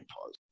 pause